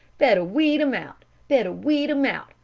better weed him out, better weed him out!